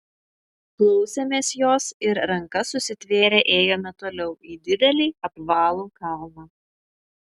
klausėmės jos ir rankas susitvėrę ėjome toliau į didelį apvalų kalną